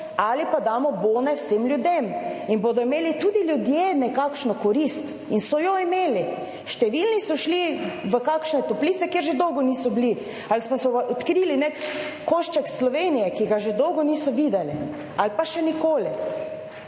ali pa damo bone vsem ljudem in bodo imeli tudi ljudje nekakšno korist in so jo imeli. Številni so šli v kakšne toplice, kjer že dolgo niso bili ali pa so odkrili nek košček Slovenije, ki ga že dolgo niso videli ali pa še nikoli.